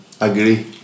agree